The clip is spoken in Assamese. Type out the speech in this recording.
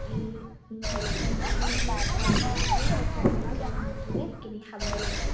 এই নদ নদ নদীত খাল বিলত পোৱা লোকেল মাছবোৰে কিনি খাব লাগে